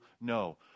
No